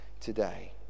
today